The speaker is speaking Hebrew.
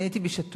אני הייתי בשעתו,